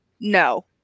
no